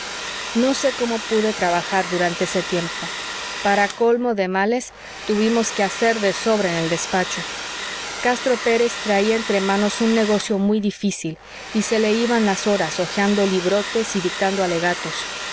no sé cómo pude trabajar durante ese tiempo para colmo de males tuvimos quehacer de sobra en el despacho castro pérez traía entre manos un negocio muy difícil y se le iban las horas hojeando librotes y dictando alegatos